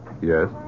Yes